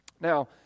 Now